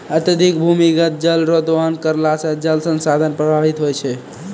अत्यधिक भूमिगत जल रो दोहन करला से जल संसाधन प्रभावित होय छै